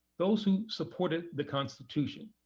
those who supported the constitution,